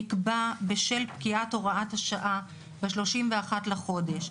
נקבע בשל פקיעת הוראת השעה ב-31 לחודש.